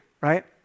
right